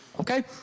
Okay